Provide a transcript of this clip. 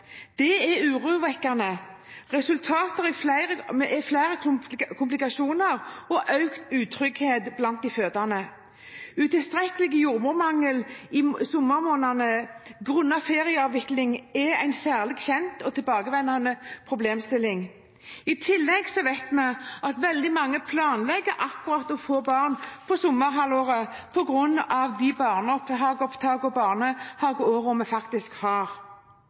er urovekkende, resulterer i flere komplikasjoner og økt utrygghet blant de fødende. Utilstrekkelig jordmorbemanning i sommermånedene grunnet ferieavvikling er en særlig kjent og tilbakevendende problemstilling. I tillegg vet vi at veldig mange planlegger å få barn akkurat i sommerhalvåret på grunn av de barnehageopptakene og det barnehageåret vi har. Hovedtillitsvalgt for Den norske jordmorforening ved Ullevål sykehus sa følgende til TV 2 i sommer om